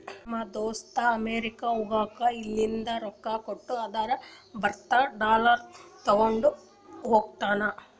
ನಮ್ ದೋಸ್ತ ಅಮೆರಿಕಾ ಹೋಗಾಗ್ ಇಲ್ಲಿಂದ್ ರೊಕ್ಕಾ ಕೊಟ್ಟು ಅದುರ್ ಬದ್ಲು ಡಾಲರ್ ತಗೊಂಡ್ ಹೋಗ್ಯಾನ್